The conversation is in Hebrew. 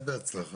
באמת בהצלחה.